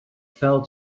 fell